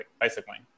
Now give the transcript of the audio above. bicycling